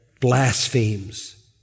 blasphemes